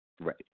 Right